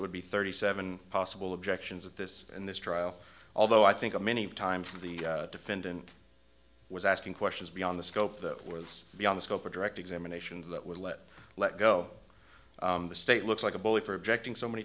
would be thirty seven possible objections at this in this trial although i think many times the defendant was asking questions beyond the scope that was beyond the scope of direct examination that would let let go the state looks like a bully for objecting so many